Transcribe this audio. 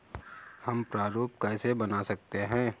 हम प्रारूप कैसे बना सकते हैं?